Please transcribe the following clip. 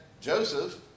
Joseph